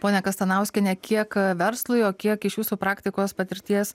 ponia kastanauskiene kiek verslui o kiek iš jūsų praktikos patirties